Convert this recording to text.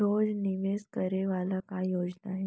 रोज निवेश करे वाला का योजना हे?